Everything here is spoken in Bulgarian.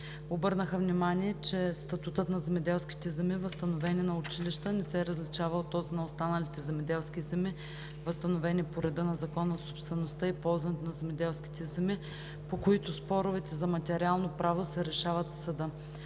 Обърнаха внимание, че статутът на земеделските земи, възстановени на училища, не се различава от този на останалите земеделски земи, възстановени по реда на Закона за собствеността и ползването на земеделските земи, по които споровете за материално право се решават в съда.